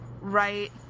right